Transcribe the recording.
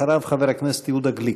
אחריו, חבר הכנסת יהודה גליק.